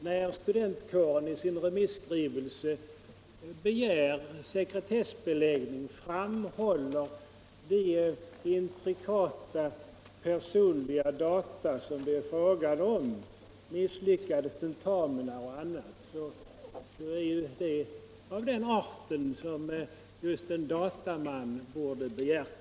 När studentkåren i remisskrivelse begär sekretessbeläggning framhåller man sådana intrikata personliga data som misslyckade tentamina m.m. Det är frågor av den arten som just en ombudsman borde behjärta.